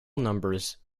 numbers